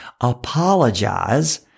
apologize